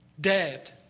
dead